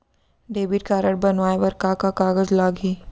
Debit card बनवाये बर का का कागज लागही?